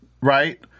right